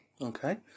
okay